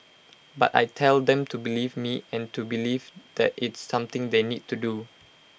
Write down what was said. but I tell them to believe me and to believe that it's something they need to do